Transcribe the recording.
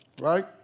right